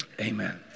amen